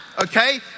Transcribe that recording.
Okay